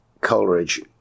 Coleridge